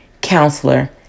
counselor